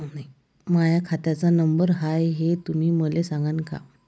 माह्या खात्याचा नंबर काय हाय हे तुम्ही मले सागांन का?